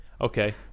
Okay